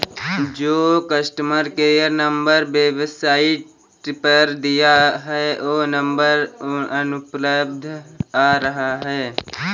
जो customer care number website पर दिया है वो नंबर अनुपलब्ध आ रहा है